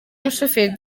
umushoferi